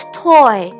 toy